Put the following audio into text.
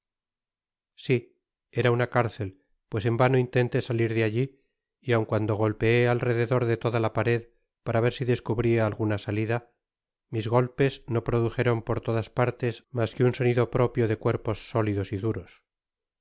si era una cárcel pues en vano intenté salir de alli y aun cuando golpeé al rededor de toda la pared para ver si descubría alguna salida mis golpes no pro dujeron por todas partes mas que un sonido propio de cuerpos sólidos y duros